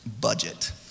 budget